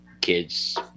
kids